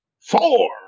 four